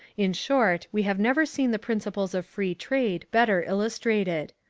in short, we have never seen the principles of free trade better illustrated.